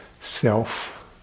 self